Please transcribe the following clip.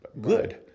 good